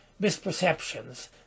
misperceptions